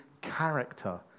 character